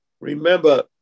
Remember